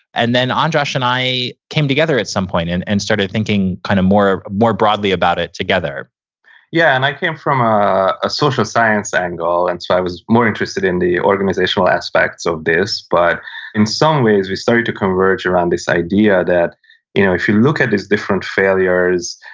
and then, andras and i came together at some point and started thinking kind of more more broadly about it together yeah, and i came from a ah social science angle, and so, i was more interested in the organizational aspects of this, but in some ways, we started to converge around this idea that you know if you look at these different failures,